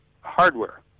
hardware